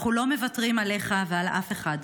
אנחנו לא מוותרים עליך ועל אף אחד.